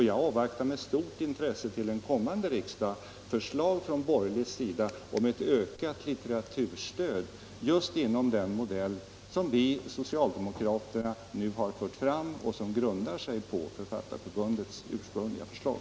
Jag avvaktar med stort intresse till ett kommande riksmöte förslag från borgerlig sida om ett ökat litteraturstöd just inom den modell som vi och socialdemokraterna nu har fört fram och som grundar sig på Författarförbundets ursprungliga förslag.